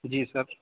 جی سب